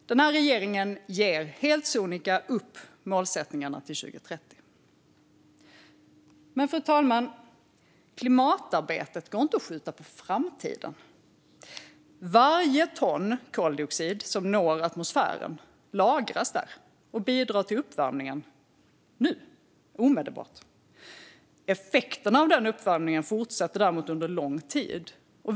Den här regeringen ger helt sonika upp målsättningarna till 2030. Men, fru talman, klimatarbetet går inte att skjuta på framtiden. Varje ton koldioxid som når atmosfären lagras där och bidrar till uppvärmningen nu, omedelbart. Effekten av den uppvärmningen fortsätter däremot under lång tid.